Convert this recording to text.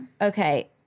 Okay